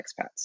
expats